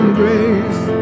grace